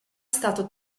stato